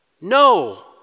no